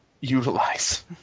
utilize